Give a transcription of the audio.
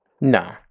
no